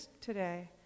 today